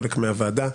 חלק מהוועדה.